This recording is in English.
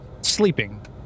sleeping